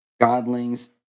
Godlings